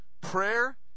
Prayer